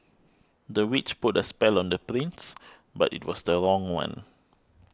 the witch put a spell on the prince but it was the wrong one